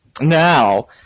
Now